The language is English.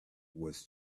was